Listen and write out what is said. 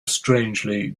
strangely